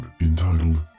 entitled